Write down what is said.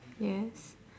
yes